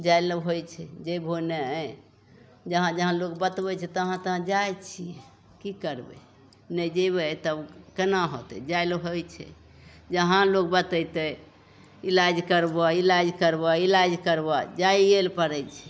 जाइ ले होइ छै जएबहो नहि जहाँ जहाँ लोक बतबै छै तहाँ तहाँ जाइ छिए कि करबै नहि जएबै तब कोना होतै जाइ ले होइ छै जहाँ लोक बतेतै इलाज करबऽ इलाज करबऽ इलाज करबऽ जाइए ले पड़ै छै